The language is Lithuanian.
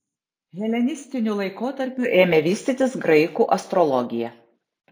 helenistiniu laikotarpiu ėmė vystytis graikų astrologija